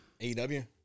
AEW